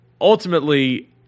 ultimately